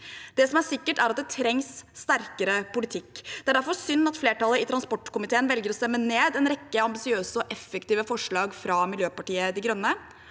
Det som er sikkert, er at det trengs sterkere politikk. Det er derfor synd at flertallet i transportkomiteen velger å stemme ned en rekke ambisiøse og effektive forslag fra Miljøpartiet De Grønne,